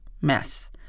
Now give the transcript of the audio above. mess